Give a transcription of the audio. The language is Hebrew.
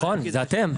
נכון, זה אתם.